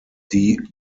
die